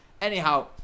Anyhow